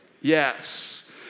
Yes